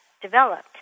developed